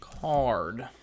Card